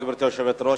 גברתי היושבת-ראש,